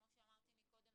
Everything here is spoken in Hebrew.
כמו שאמרתי מקודם,